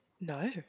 No